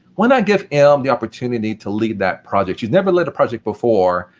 why not give em the opportunity to lead that project. she's never led a project before.